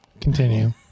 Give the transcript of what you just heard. Continue